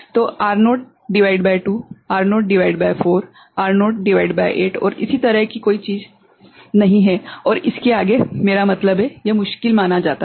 तो R0 भागित 2 R0 भागित 4 R0 भागित 8 और इसी तरह की कोई चीज नहीं है और इसके आगे मेरा मतलब है यह मुश्किल माना जाता था